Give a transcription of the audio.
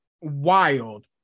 wild